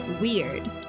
weird